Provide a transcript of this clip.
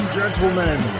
gentlemen